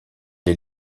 les